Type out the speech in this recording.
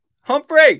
Humphrey